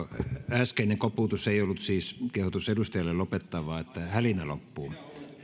äskeinen koputus ei ollut siis kehotus edustajalle lopettaa vaan kehotus että hälinä loppuu